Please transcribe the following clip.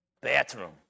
bathroom